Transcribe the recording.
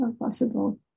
possible